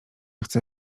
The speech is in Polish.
chce